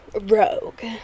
rogue